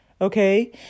Okay